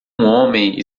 homem